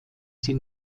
sie